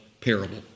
parable